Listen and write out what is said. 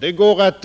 Det går att